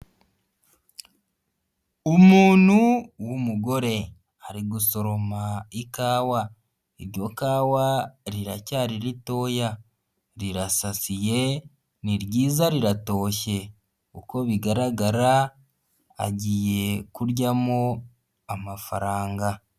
Umuntu w'umugore ari gusoroma ikawa, iryo kawa riracyari ritoya, rirasasiye ni ryiza riratoshye, uko bigaragara agiye kuryamo amafaranga.